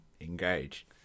engaged